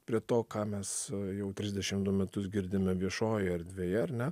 prie to ką mes jau trisdešim du metus girdime viešojoje erdvėje ar ne